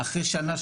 אחרי שנה,